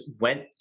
went